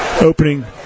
opening